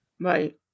Right